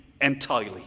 entirely